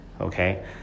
okay